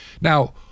Now